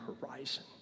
horizon